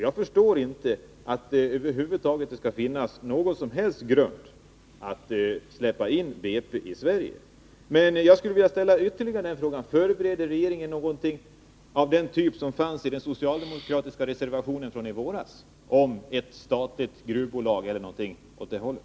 Jag förstår inte att det över huvud taget skall finnas någon som helst grund för att släppa in BP i Sverige. Jag skulle vilja ställa ytterligare en fråga: Förbereder regeringen någonting av den typ som fanns i den socialdemokratiska reservationen från i våras — ett statligt gruvbolag eller någonting åt det hållet?